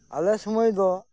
ᱟᱞᱮ ᱥᱳᱢᱳᱭ ᱫᱚ